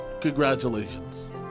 Congratulations